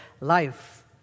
life